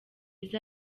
izo